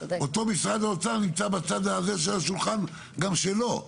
אותו משרד האוצר נמצא בצד הזה של השולחן גם שלו.